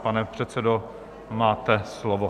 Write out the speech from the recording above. Pane předsedo, máte slovo.